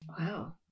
Wow